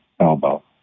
elbow